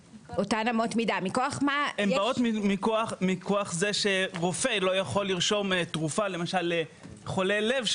מכוח זה שרופא לא יכול לרשום תרופה לחולה לב,